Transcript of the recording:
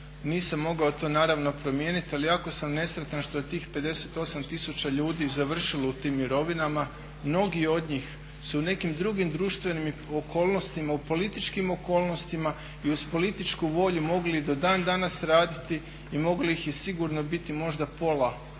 Nisam mogao to naravno promijeniti ali jako sam nesretan što je tih 58 tisuća ljudi završilo u tim mirovinama. Mnogi od njih su u nekim drugim društvenim okolnostima, u političkim okolnostima i uz političku volju mogli do dan danas raditi i moglo ih je sigurno biti možda pola